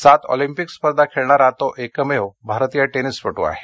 सात ऑलिम्पिक स्पर्धा खेळणारा तो एकमेव भारतीय टेनिसपटू आहे